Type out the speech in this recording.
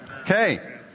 Okay